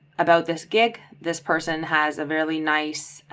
about this gig, this person has a very nice